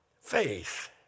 faith